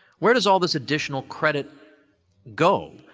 where does all this additional credit go,